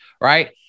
right